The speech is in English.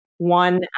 one